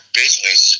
business